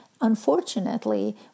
unfortunately